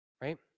Right